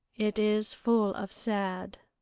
it is full of sad.